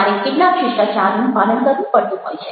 તમારે કેટલાક શિષ્ટાચારનું પાલન કરવું પડતું હોય છે